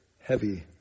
heavy